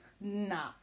nah